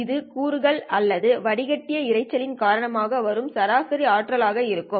இது கூறுகள் அல்லது வடிகட்டிய இரைச்சலின் காரணமாக வரும் சராசரி ஆற்றல் ஆக இருக்கும்